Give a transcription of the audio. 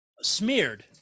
smeared